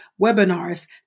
webinars